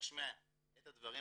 ולהשמיע את הדברים